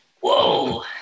Whoa